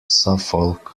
suffolk